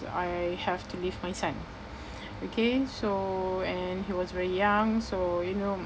I have to leave my son okay so and he was very young so you know